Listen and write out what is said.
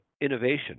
innovation